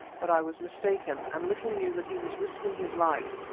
but i was mistaken, and little knew that he was risking his life,